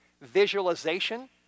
visualization